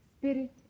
spirit